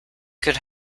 could